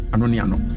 Anoniano